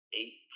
eight